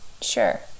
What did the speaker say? Sure